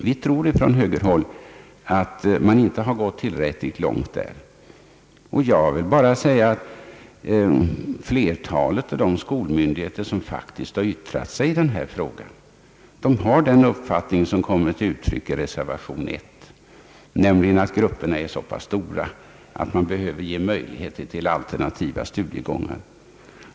Vi tror från högerhåll att man inte gått tillräckligt långt där. Flertalet av de skolmyndigheter som yttrat sig i den här frågan har den uppfattning som kommer till uttryck i reservation 1, nämligen att grupperna är så pass stora att det behövs möjligheter till alternativa studiegångar.